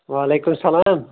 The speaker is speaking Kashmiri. وعلیکُم السلام